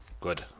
Good